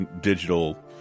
digital